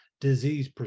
disease